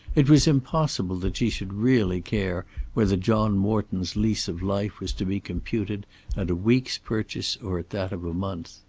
it was impossible that she should really care whether john morton's lease of life was to be computed at a week's purchase or at that of a month!